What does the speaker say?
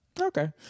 Okay